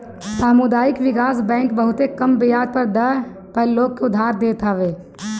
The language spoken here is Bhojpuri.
सामुदायिक विकास बैंक बहुते कम बियाज दर पअ लोग के उधार देत हअ